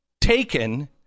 taken